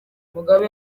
mugabe